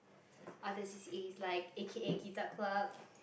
other C_C_As like A_K_A guitar club